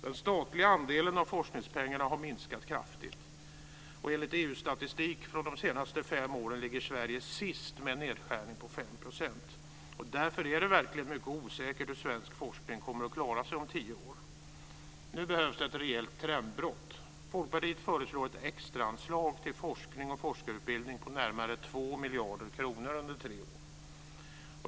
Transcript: Den statliga andelen av forskningspengarna har minskat kraftigt. Enligt EU-statistik från de senaste fem åren ligger Sverige sist med en nedskärning på 5 %. Därför är det verkligen mycket osäkert hur svensk forskning kommer att klara sig om tio år. Nu behövs det ett rejält trendbrott. Folkpartiet föreslår ett extraanslag till forskning och forskarutbildning på närmare 2 miljarder kronor under tre år.